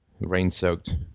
rain-soaked